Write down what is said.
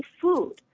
food